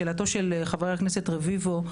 לשאלתו של חבר הכנסת רביבו,